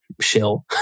shill